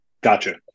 Gotcha